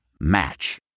Match